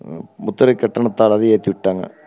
முத்திரை கட்டணத்தாள் அதையும் ஏற்றி விட்டாங்க